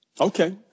Okay